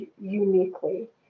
uniquely